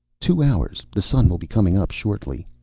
two hours. the sun will be coming up shortly.